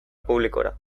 publikora